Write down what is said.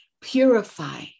Purify